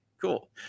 cool